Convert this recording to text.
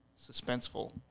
suspenseful